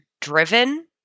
driven